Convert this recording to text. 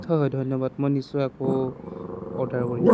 হয় হয় ধন্যবাদ মই নিশ্চয় আকৌ অৰ্ডাৰ কৰিম